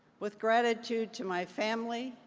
with gratified to to my family,